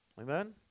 Amen